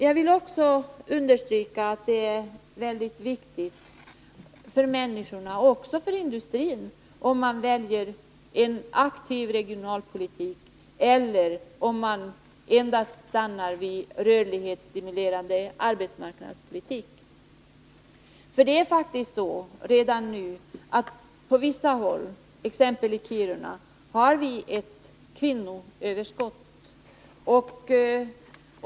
Jag vill också understryka att det är väldigt viktigt för människorna och också för industrin att man väljer en aktiv regionalpolitik i stället för att enbart stanna vid en rörlighetsstimulerande arbetsmarknadspolitik. Det är faktiskt så redan nu på vissa håll, exempelvis i Kiruna, att det finns ett kvinnoöverskott.